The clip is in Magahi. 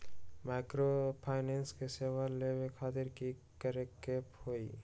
माइक्रोफाइनेंस के सेवा लेबे खातीर की करे के होई?